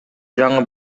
жаңы